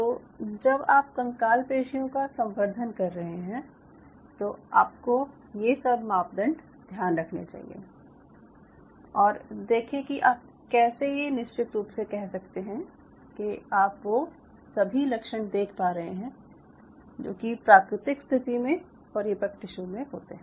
तो जब आप कंकाल पेशियों का संवर्धन कर रहे हैं आपको ये सब मापदंड ध्यान रखने चाहिए और देखे की आप कैसे ये निश्चित रूप से कह सकते हैं कि आप वो सभी लक्षण देख पा रहे हैं जो कि प्राकृतिक स्थिति में परिपक्क टिश्यू में होते हैं